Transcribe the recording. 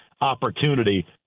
opportunity